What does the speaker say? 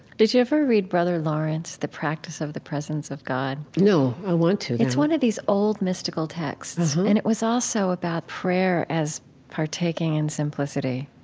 did you ever read brother lawrence, the practice of the presence of god? no, i want to now it's one of these old mystical texts. and it was also about prayer as partaking in simplicity.